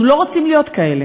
אנחנו לא רוצים להיות כאלה.